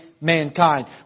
mankind